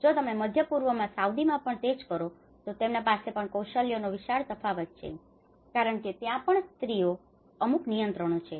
જો તમે મધ્યપૂર્વમાં સાઉદીમાં પણ તે જ કરો તો તેમના પાસે પણ કૌશલ્યનો વિશાળ તફાવત છે કારણકે ત્યાં પણ સ્ત્રીઓ પર અમુક નિયંત્રણો છે